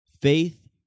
Faith